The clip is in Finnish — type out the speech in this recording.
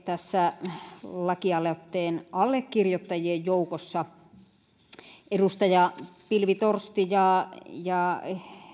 tässä lakialoitteen allekirjoittajien joukossa edustaja pilvi torsti ja ja